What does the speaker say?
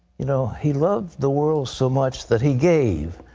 you know, he loved the world so much that he gave.